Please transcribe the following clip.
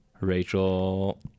Rachel